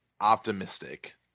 optimistic